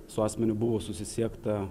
su asmeniu buvo susisiekta